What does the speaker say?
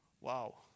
Wow